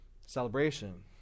celebration